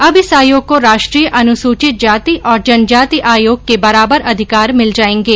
अब इस आयोग को राष्ट्रीय अनुसूचित जाति और जनजाति आयोग के बराबर अधिकार मिल जायेंगे